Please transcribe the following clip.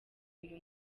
uyu